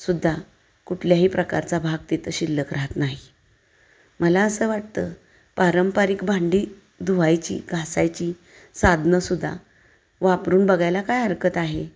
सुद्धा कुठल्याही प्रकारचा भाग तिथं शिल्लक राहत नाही मला असं वाटतं पारंपरिक भांडी धुवायची घासायची साधनंसुद्धा वापरून बघायला काय हरकत आहे